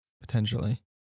Potentially